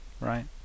Right